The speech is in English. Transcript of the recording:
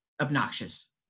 obnoxious